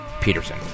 Peterson